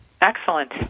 Excellent